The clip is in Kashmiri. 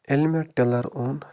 ییٚلہِ مےٚ ٹِلَر اوٚن